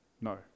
No